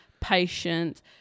patience